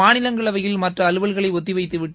மாநிலங்களவையில் மற்ற அலுவல்களை ஒத்திவைத்துவிட்டு